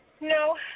No